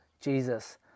Jesus